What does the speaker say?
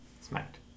Smacked